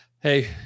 Hey